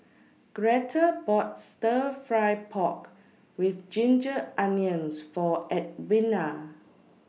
Greta bought Stir Fry Pork with Ginger Onions For Edwina